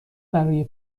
برای